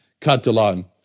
Catalan